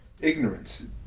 ignorance